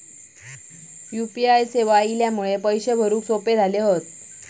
U P I सेवा इल्यामुळे पैशे भरुक सोपे झाले